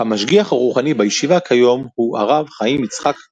המשגיח הרוחני בישיבה כיום הוא הרב חיים יצחק קפלן.